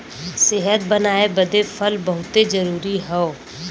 सेहत बनाए बदे फल बहुते जरूरी हौ